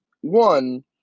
one